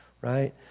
right